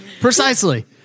Precisely